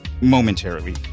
momentarily